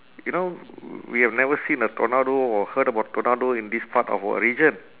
you know we have never seen a tornado or heard about tornado in this part of our region